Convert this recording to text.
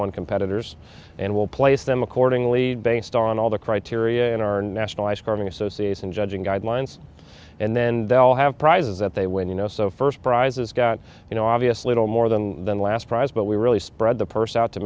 one competitors and we'll place them accordingly based on all the criteria in our national ice cream association judging guidelines and then they'll have prizes that they win you know so first prizes got you know obviously all more than than last prize but we really spread the purse out to